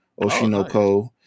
Oshinoko